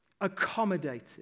accommodated